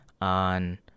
On